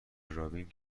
رابین